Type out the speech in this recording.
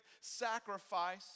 sacrifice